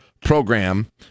program